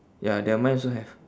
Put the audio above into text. ya that mine also have